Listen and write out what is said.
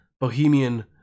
bohemian